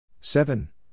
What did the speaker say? seven